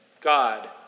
God